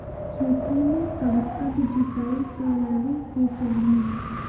खेतो में कब कब जुताई करावे के चाहि?